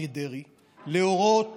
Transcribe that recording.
להורות